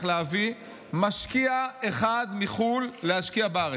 להביא משקיע אחד מחו"ל להשקיע בארץ.